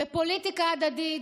בפוליטיקה הדדית,